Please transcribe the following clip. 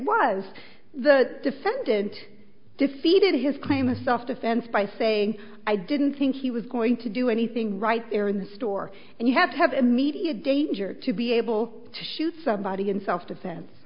was the defendant defeated his claim of self defense by saying i didn't think he was going to do anything right there in the store and you had to have immediate danger to be able to shoot somebody in self defense